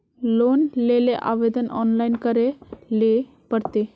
Loan लेले आवेदन online करे ले पड़ते?